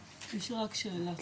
יש לי רק שאלה,